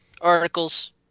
articles